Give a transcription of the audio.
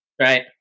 right